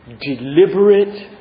deliberate